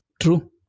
True